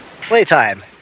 Playtime